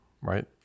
right